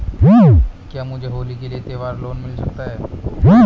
क्या मुझे होली के लिए त्यौहार लोंन मिल सकता है?